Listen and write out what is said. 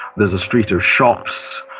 there's a street of shops.